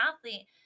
athlete